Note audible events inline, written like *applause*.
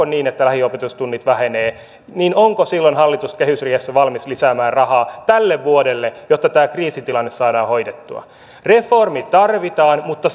*unintelligible* niin että lähiopetustunnit vähenevät niin onko silloin hallitus kehysriihessä valmis lisäämään rahaa tälle vuodelle jotta tämä kriisitilanne saadaan hoidettua reformi tarvitaan mutta *unintelligible*